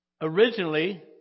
originally